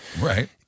Right